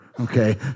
okay